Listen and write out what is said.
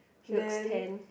looks tan